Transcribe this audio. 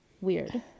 weird